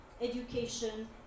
education